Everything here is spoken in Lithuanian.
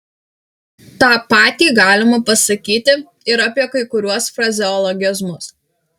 tą patį galima pasakyti ir apie kai kuriuos frazeologizmus